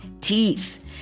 teeth